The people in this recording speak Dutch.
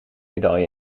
medaille